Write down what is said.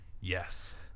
yes